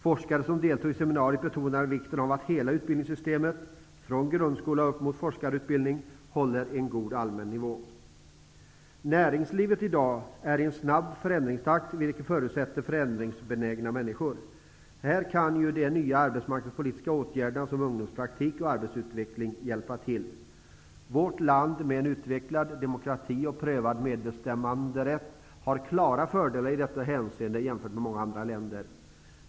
Forskare som deltog i seminariet betonade vikten av att hela utbildningssystemet, från grundskola upp mot forskarutbildning, håller en god allmän nivå. Näringslivet har i dag en snabb förändringstakt, vilket förutsätter förändringsbenägna människor. Här kan de nya arbetsmarknadspolitiska åtgärderna, som ungdomspraktik och arbetslivsutveckling, hjälpa till. Vårt land med en utvecklad demokrati och prövad medbestämmanderätt har klara fördelar i detta hänseende jämfört med många andra länder.